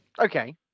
Okay